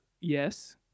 yes